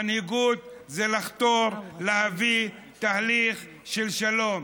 מנהיגות זה לחתור להביא תהליך של שלום,